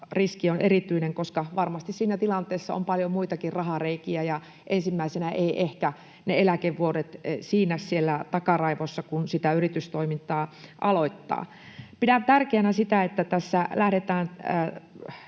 riski on erityinen, koska varmasti siinä tilanteessa on paljon muitakin rahareikiä ja ensimmäisenä eivät ehkä ne eläkevuodet siinnä takaraivossa, kun sitä yritystoimintaa aloittaa. Pidän tärkeänä sitä, että tässä lähdetään